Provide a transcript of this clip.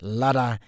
lada